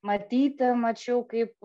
matyte mačiau kaip